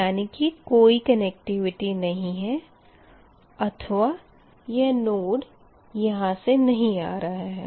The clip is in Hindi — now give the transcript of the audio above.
यानी की कोई कंनेक्टिविटी नही है अथवा यह नोड यहाँ से नही आ रहा है